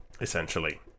essentially